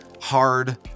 hard